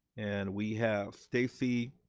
and we have stacy